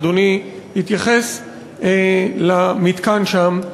שאדוני התייחס למתקן שם,